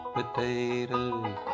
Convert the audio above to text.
potatoes